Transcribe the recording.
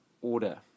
order